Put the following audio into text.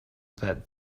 that